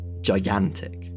gigantic